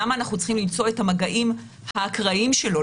למה אנחנו צריכים למצוא את המגעים האקראיים שלו,